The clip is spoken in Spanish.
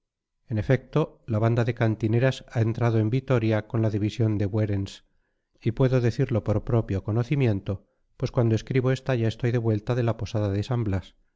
en efecto la banda de cantineras ha entrado en vitoria con la división de buerens y puedo decirlo por propio conocimiento pues cuando escribo esta ya estoy de vuelta de la posada de san blas